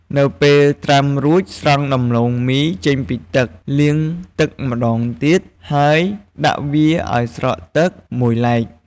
នៅពេលត្រាំរួច ស្រង់ដំឡូងមីចេញពីទឹក លាងទឹកម្ដងទៀត ហើយដាក់វាឱ្យស្រក់ទឹកមួយឡែក។